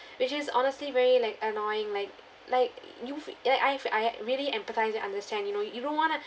which is honestly very like annoying like like you've ya I've I uh really empathise and understand you know you don't want to